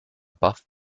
buff